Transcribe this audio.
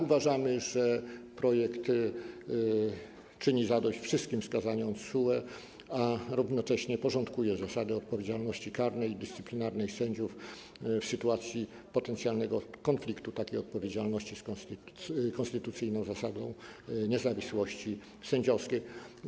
Uważamy, że projekt czyni zadość wszystkim wskazaniom TSUE, a równocześnie porządkuje zasadę odpowiedzialności karnej i dyscyplinarnej sędziów w sytuacji potencjalnego konfliktu takiej odpowiedzialności z konstytucyjną zasadą niezawisłości sędziowskiej.